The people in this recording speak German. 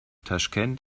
taschkent